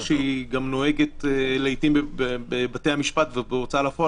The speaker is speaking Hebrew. שנוהגת לעיתים בבתי המשפט ובהוצאה לפועל.